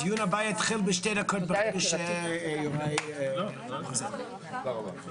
הישיבה ננעלה בשעה 14:39.